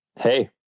Hey